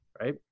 Right